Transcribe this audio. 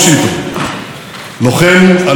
לוחם על אחת מספינות חיל הים,